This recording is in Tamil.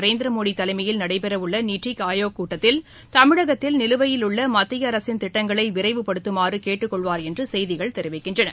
நரேந்திர மோடி தலைமையில் நடைபெறவுள்ள நித்தி ஆயோக் கூட்டத்தில் தமிழகத்தில் நிலுவையிலுள்ள மத்திய அரசின் திட்டங்களை விரைவுபடுத்துமாறு கேட்டுக் கொள்வார் என்று செய்திகள் தெரிவிக்கின்றன